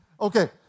Okay